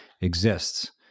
exists